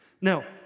Now